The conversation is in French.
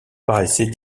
paraissaient